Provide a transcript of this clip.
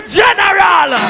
general